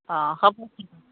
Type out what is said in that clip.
অঁ হ'ব